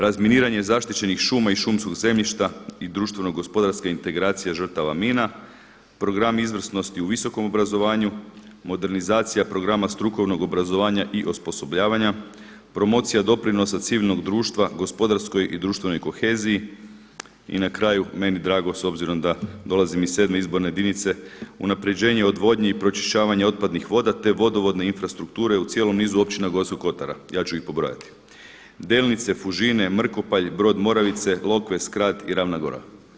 Razminiranje zaštićenih šuma i šumskog zemljišta i društveno gospodarska integracija žrtava mina, program izvrsnosti u visokom obrazovanju, modernizacija programa strukovnog obrazovanja i osposobljavanja, promocija doprinosa civilnog društva gospodarskoj i društvenoj koheziji i na kraju meni drago s obzirom da dolazim iz sedme izborne jedinice unapređenje odvodnje i pročišćavanje otpadnih voda, te vodovodne infrastrukture u cijelom nizu općina Gorskog kotara, ja ću ih pobrojati: Delnice, Fužine, Mrkopalj, Brod Moravice, Lokve, Skrad i Ravna Gora.